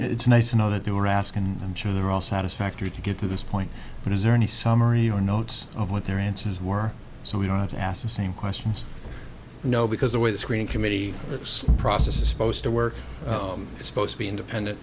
it's nice to know that there were ask and i'm sure they're all satisfactory to get to this point but is there any summary or notes of what their answers were so we don't have to ask the same questions you know because the way the screen committee process is supposed to work is supposed to be independent